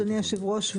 אדוני יושב הראש,